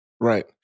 Right